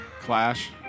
Clash